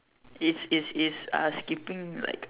is is is uh skipping like